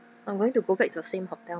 I'm going to go back to the same hotel